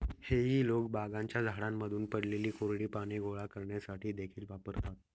हेई लोक बागांच्या झाडांमधून पडलेली कोरडी पाने गोळा करण्यासाठी देखील वापरतात